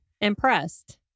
impressed